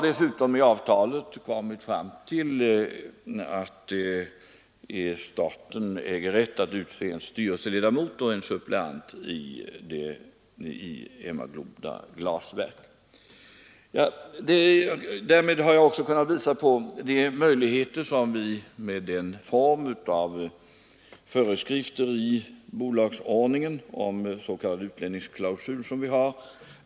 Dessutom skall enligt avtalet staten äga rätt att utse en styrelseledamot och en suppleant i Emmaboda glasverk. Därmed har jag också kunnat visa på den form av föreskrifter i bolagsordningen om s.k. utlänningsklausul som vi har.